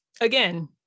Again